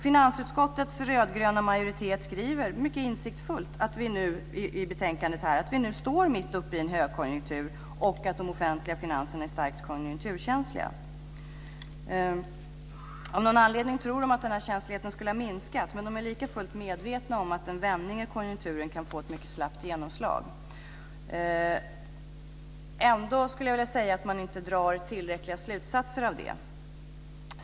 Finansutskottets rödgröna majoritet skriver mycket insiktsfullt i betänkandet att vi nu står mitt uppe i en högkonjunktur och att de offentliga finanserna är starkt konjunkturkänsliga. Av någon anledning tror man att den här känsligheten skulle ha minskat, men man är likafullt medveten om att en vändning i konjunkturen kan få ett mycket snabbt genomslag. Ändå skulle jag vilja säga att man inte drar tillräckliga slutsatser av detta.